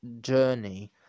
journey